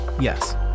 Yes